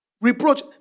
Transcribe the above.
Reproach